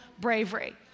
bravery